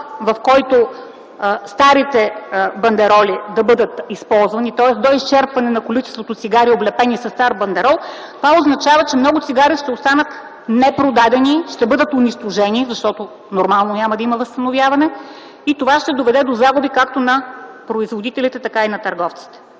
в който старите бандероли да бъдат използвани, тоест до изчерпване на количеството цигари, облепени със стар бандерол, това означава, че много цигари ще останат непродадени, ще бъдат унищожени, защото нормално няма да има възстановяване, и това ще доведе до загуби както на производителите, така и на търговците.